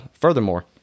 Furthermore